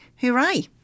hooray